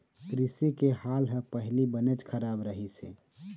कृषि के हाल ह पहिली बनेच खराब रहिस हे